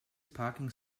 parking